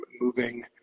moving